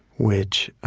which